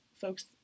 folks